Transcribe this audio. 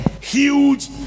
huge